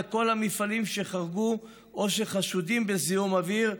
כל המפעלים שחרגו או שחשודים בזיהום אוויר,